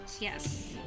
yes